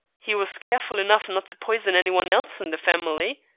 he was careful enough not to poison any one else in the family,